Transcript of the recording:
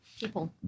people